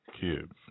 kids